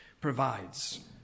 provides